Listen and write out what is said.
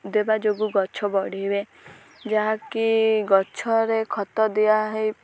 ଦେବା ଯୋଗୁଁ ଗଛ ବଢ଼ିବେ ଯାହାକି ଗଛରେ ଖତ ଦିଆହେଇ